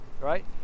right